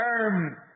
term